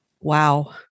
Wow